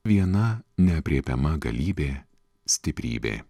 viena neaprėpiama galybė stiprybė